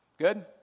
Good